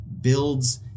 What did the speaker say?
builds